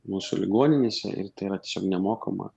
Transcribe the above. mūsų ligoninėse ir tai yra tiesiog nemokama